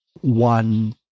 one